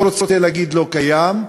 לא רוצה להגיד לא קיים,